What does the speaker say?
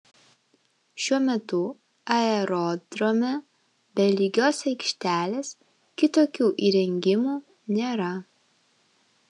šiuo metu aerodrome be lygios aikštelės kitokių įrengimų nėra